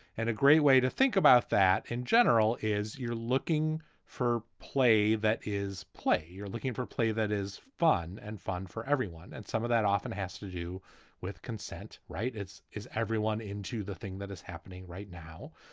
and a great way to think about that in general is you're looking for play. that is play. you're looking for play. that is fun and fun for everyone. and some of that often has to do with consent. right. is everyone into the thing that is happening right now?